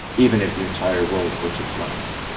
even if the entire world were to collapse.